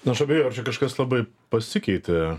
nu aš abejoju ar čia kažkas labai pasikeitė